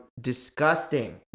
disgusting